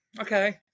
okay